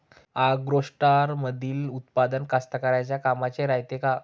ॲग्रोस्टारमंदील उत्पादन कास्तकाराइच्या कामाचे रायते का?